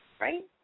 right